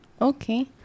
Okay